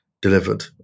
delivered